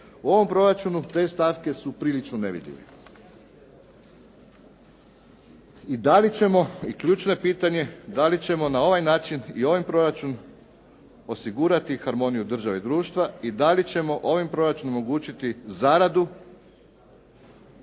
U ovom proračunu te stavke su prilično nevidljive. I da li ćemo, ključno je pitanje da li ćemo na ovaj način i ovim proračunom osigurati harmoniju države i društva i da li ćemo ovim proračunom omogućiti zaradu,